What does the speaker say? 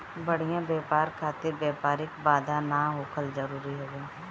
बढ़िया व्यापार खातिर व्यापारिक बाधा ना होखल जरुरी हवे